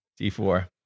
D4